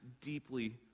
deeply